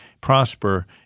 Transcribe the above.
prosper